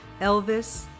Elvis